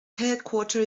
headquarter